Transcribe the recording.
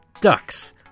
Ducks